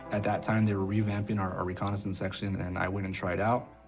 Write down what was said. at that time they were revamping our reconnaissance section, and i went and tried out.